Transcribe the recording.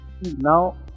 Now